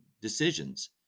decisions